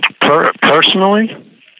personally